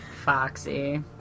foxy